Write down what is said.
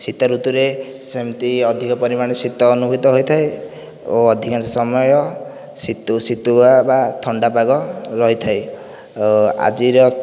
ଶୀତ ଋତୁରେ ସେମତି ଅଧିକ ପରିମାଣର ଶୀତ ଅନୁଭୂତ ହୋଇଥାଏ ଓ ଅଧିକାଂଶ ସମୟ ଶୀତୁଆ ବା ଥଣ୍ଡାପାଗ ରହିଥାଏ ଆଜିର